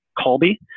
Colby